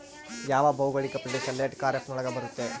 ಯಾವ ಭೌಗೋಳಿಕ ಪ್ರದೇಶ ಲೇಟ್ ಖಾರೇಫ್ ನೊಳಗ ಬರುತ್ತೆ?